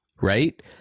right